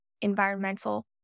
environmental